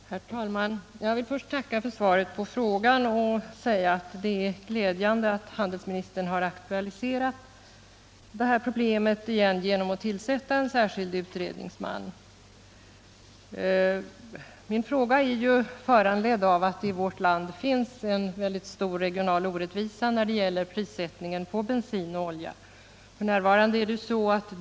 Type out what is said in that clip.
"Herr talman! Jag vill först tacka för svaret på frågan. Det är glädjande att handelsministern aktualiserat det här problemet igen genom att tillsätta en särskild utredningsman. Min fråga är föranledd av att det i vårt land finns en stor regional orättvisa när det gäller prissättningen på bensin och olja.